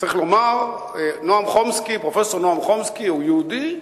צריך לומר שפרופסור נועם חומסקי הוא יהודי,